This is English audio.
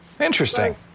Interesting